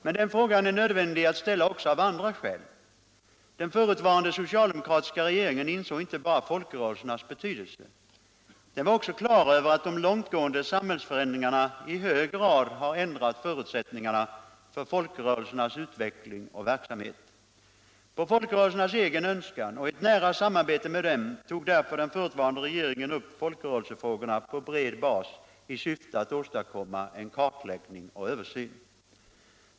Men den frågan är nödvändig att ställa också av andra skäl. Den socialdemokratiska regeringen inte bara insåg folkrörelsernas betydelse, utan den var också klar över att de långtgående samhällsförändringarna i hög grad har ändrat förutsättningarna för folkrörelsernas utveckling och verksamhet. På folkrörelsernas egen önskan och i ett nära samarbete med dem tog därför den förutvarande regeringen upp folkrörelsefrågorna på bred bas i syfte att åstadkomma en kartläggning och översyn.